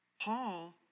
Paul